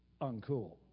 uncool